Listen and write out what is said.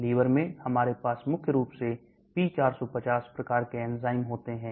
liver में हमारे पास मुख्य रूप से P450 प्रकार के एंजाइम होते हैं